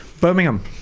Birmingham